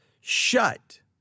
shut